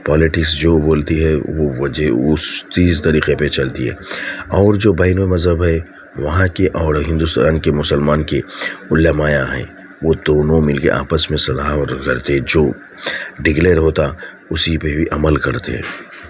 politics جو بولتی ہے وہ وجہ اس چیز طریقے پہ چلتی ہے اور جو بیرونی مذہب ہے وہاں کے اور ہندوستان کے مسلمان کی علماء ہیں وہ دونوں مل کے آپس میں صلاح اور کرتے جو ڈیکلیئر ہوتا اسی پہ بھی عمل کرتے ہیں